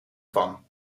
van